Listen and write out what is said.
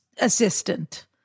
assistant